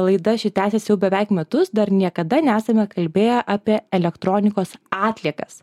laida ši tęsiasi jau beveik metus dar niekada nesame kalbėję apie elektronikos atliekas